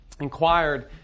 inquired